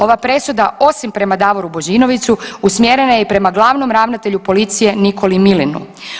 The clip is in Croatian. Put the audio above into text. Ova presuda osim prema Davoru Božinoviću usmjerena je i prema glavnom ravnatelju policije Nikoli Milinu.